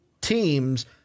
teams